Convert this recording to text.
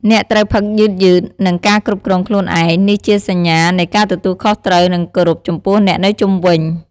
អ្នកត្រូវផឹកយឺតៗ និងការគ្រប់គ្រងខ្លួនឯង នេះជាសញ្ញានៃការទទួលខុសត្រូវ និងគោរពចំពោះអ្នកនៅជុំវិញ។